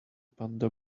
panda